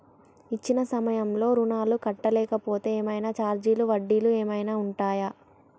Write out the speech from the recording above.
ఇచ్చిన సమయంలో ఋణం కట్టలేకపోతే ఏమైనా ఛార్జీలు వడ్డీలు ఏమైనా ఉంటయా?